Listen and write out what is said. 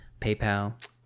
PayPal